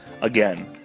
Again